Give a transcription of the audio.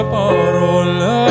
parole